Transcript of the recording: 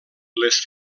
les